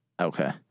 Okay